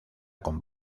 con